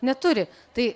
neturi tai